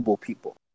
people